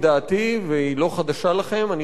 אני חושב שזו הממשלה הקיצונית ביותר